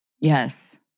Yes